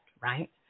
right